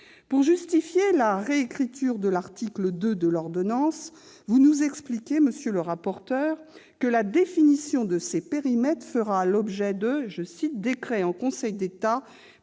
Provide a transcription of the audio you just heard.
Pour justifier la réécriture de l'article 2 de l'ordonnance, vous nous expliquez, monsieur le rapporteur, que la définition de ces périmètres fera l'objet de « décrets en Conseil d'État